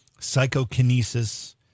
psychokinesis